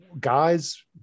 guys